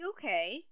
okay